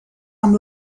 amb